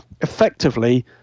effectively